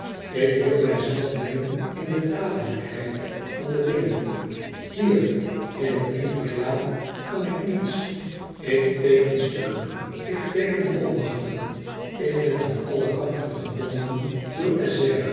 ik wil mijzelf mengen in de dadelijkheid van de dingen hier in het imperiaal kan ik niets ik teeken stukken ik teeken volmachten ik ben aan alle kanten gebonden door